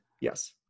Yes